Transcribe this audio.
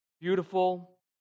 Beautiful